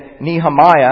Nehemiah